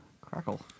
crackle